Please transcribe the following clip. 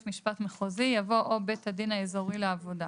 משפט מחוזי" יבוא "או בית הדין האזורי לעבודה"".